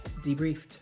debriefed